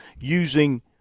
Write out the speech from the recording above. using